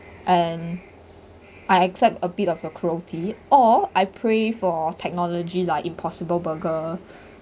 and I accept a bit of a cruelty or I pray for technology like impossible burger